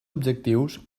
objectius